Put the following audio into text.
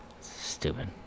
Stupid